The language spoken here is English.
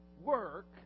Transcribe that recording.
work